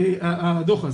הדוח הזה.